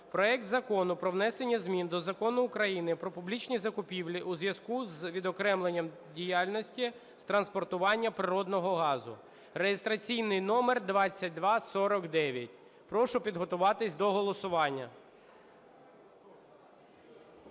проект Закону про внесення змін до Закону України "Про публічні закупівлі" у зв'язку з відокремленням діяльності з транспортування природного газу (реєстраційний номер 2249). Прошу підтримати та проголосувати.